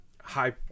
high